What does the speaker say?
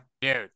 Dude